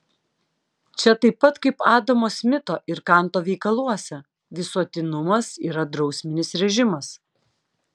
čia taip pat kaip adamo smito ir kanto veikaluose visuotinumas yra drausminis režimas